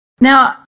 Now